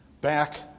back